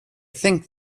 think